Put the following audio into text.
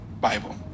Bible